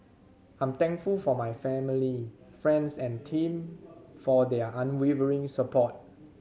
I'm thankful for my family friends and team for their unwavering support